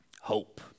Hope